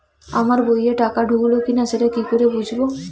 আমার বইয়ে টাকা ঢুকলো কি না সেটা কি করে বুঝবো?